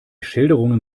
schilderungen